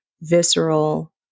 visceral